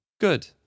Good